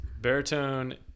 baritone